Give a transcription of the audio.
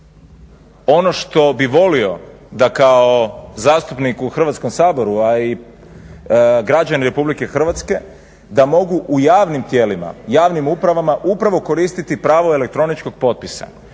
ono što bih volio da kao zastupnik u Hrvatskom saboru, a i građani Republike Hrvatske da mogu u javnim tijelima, javnim upravama upravo koristiti pravo elektroničkog potpisa.